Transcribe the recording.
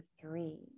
three